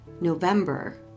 November